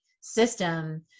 system